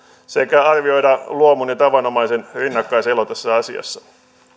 sekä luomun ja tavanomaisen rinnakkaiselo tässä asiassa